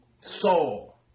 Saul